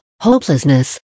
hopelessness